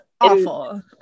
awful